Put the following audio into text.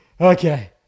Okay